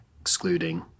excluding